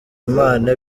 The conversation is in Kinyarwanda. imana